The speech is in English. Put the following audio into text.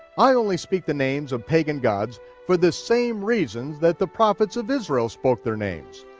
i only speak the names of pagan gods for the same reasons that the prophets of israel spoke their names,